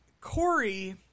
Corey